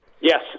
Yes